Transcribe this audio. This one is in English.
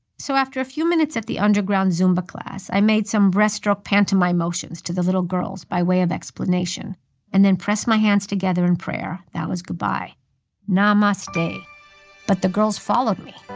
so after a few minutes at the underground zumba class, i made some breast-stroke pantomime motions to the little girls by way of explanation and then pressed my hands together in prayer. that was goodbye namaste. but the girls followed me.